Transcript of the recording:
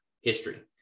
history